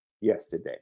yesterday